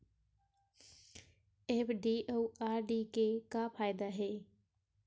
FD अउ RD के का फायदा हे?